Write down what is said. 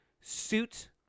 suit